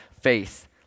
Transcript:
faith